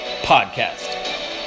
podcast